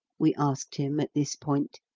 we asked him at this point.